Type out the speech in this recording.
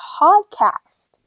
podcast